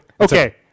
Okay